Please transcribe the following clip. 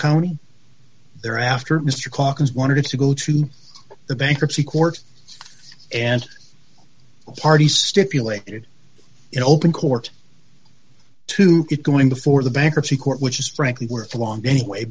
county there after mr caucus wanted to go to the bankruptcy court and the parties stipulated in open court to get going before the bankruptcy court which is frankly worth long anyway